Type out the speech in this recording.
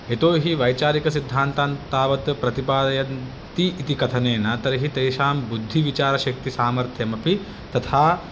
यतोहि वैचारिकसिद्धान्तान् तावत् प्रतिपादयन्ति इति कथनेन तर्हि तेषां बुद्धिविचारशक्तिसामर्थ्यमपि तथा